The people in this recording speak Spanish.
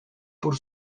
por